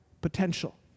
potential